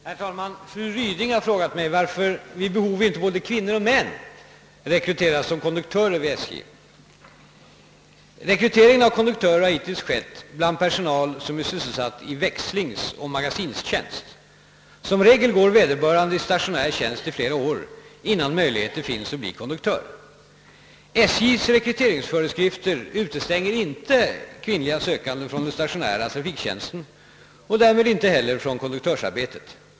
Herr talman! Fru Ryding har frågat mig varför vid behov inte både kvinnor och män rekryteras som konduktörer vid SJ. Rekryteringen av konduktörer har hittills skett bland den personal som är sysselsatt i växlingsoch magasinstjänst. Som regel går vederbörande i stationär tjänst i flera år, innan möjligheter finns att bli konduktör. SJ:s — rekryteringsföreskrifter = utestänger inte kvinnliga sökande från den stationära trafiktjänsten och därmed ej heller från konduktörsarbetet.